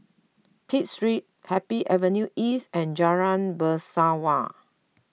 Pitt Street Happy Avenue East and Jalan Bangsawan